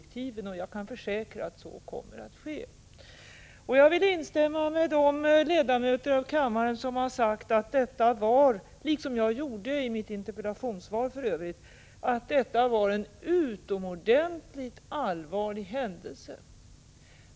Jag kan försäkra att så kommer att ske. Jag vill instämma med de ledamöter av kammaren som har sagt — liksom för övrigt också jag gjorde i mitt interpellationssvar — att detta var en utomordentligt allvarlig händelse.